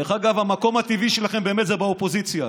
דרך אגב, המקום הטבעי שלכם באמת זה באופוזיציה.